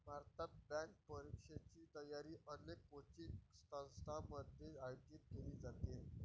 भारतात, बँक परीक्षेची तयारी अनेक कोचिंग संस्थांमध्ये आयोजित केली जाते